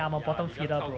I'm a bottom feeder bro